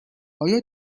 آیا